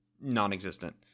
non-existent